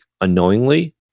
unknowingly